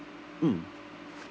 mm